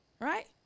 right